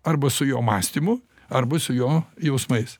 arba su jo mąstymu arba su jo jausmais